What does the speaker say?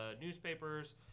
newspapers